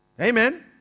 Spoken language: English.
Amen